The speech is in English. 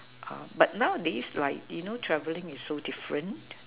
err but nowadays like you know travelling is different